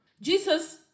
Jesus